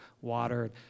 water